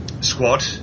squad